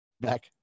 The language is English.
back